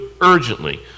urgently